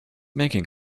making